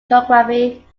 geography